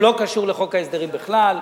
הוא לא קשור לחוק ההסדרים בכלל.